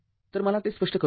तर मला ते स्पष्ट करू द्या